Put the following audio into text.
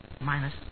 minus